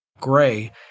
gray